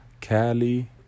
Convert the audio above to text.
cali